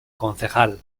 concejal